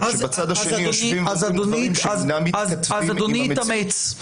כשבצד השני יושבים דברים שאינם מתכתבים עם המציאות.